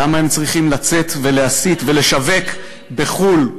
למה הם צריכים לצאת ולהסית ולשווק בחו"ל,